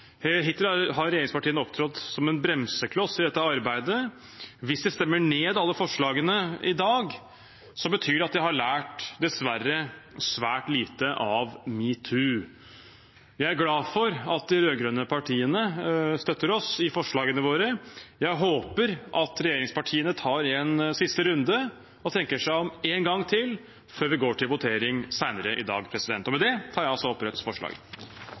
Hittil har regjeringspartiene opptrådt som en bremsekloss i dette arbeidet. Hvis de stemmer ned alle forslagene i dag, betyr det at de dessverre har lært svært lite av metoo. Jeg er glad for at de rød-grønne partiene støtter oss i forslagene våre. Jeg håper at regjeringspartiene tar en siste runde og tenker seg om en gang til før vi går til votering senere i dag. Regjeringen har stor oppmerksomhet på seksuell trakassering i arbeidslivet, og